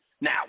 Now